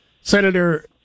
Senator